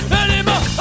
anymore